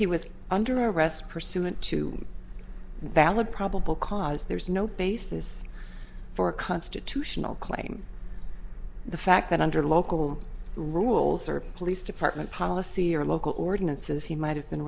he was under arrest pursuant to valid probable cause there's no basis for a constitutional claim the fact that under local rules or police department policy or local ordinances he might have been